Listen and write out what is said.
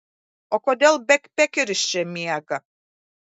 o kodėl bekpekeris čia miega